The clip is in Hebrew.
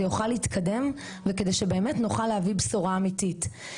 יוכל להתקדם וכדי שבאמת נוכל להביא בשורה אמיתית.